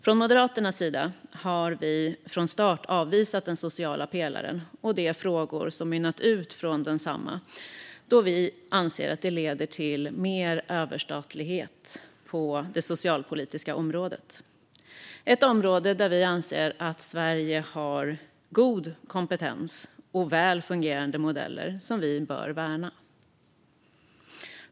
Från Moderaternas sida har vi från start avvisat den sociala pelaren och de frågor som mynnat ut ur densamma då vi anser att den leder till mer överstatlighet på det socialpolitiska området, ett område där vi anser att Sverige har god kompetens och väl fungerande modeller som vi bör värna.